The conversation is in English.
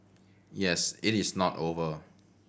yes it is not over